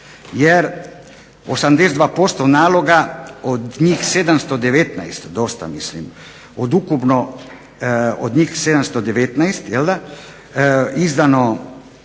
Jer 82% naloga, od njih 719 dosta mislim, od ukupno od njih 719 jel'da